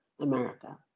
America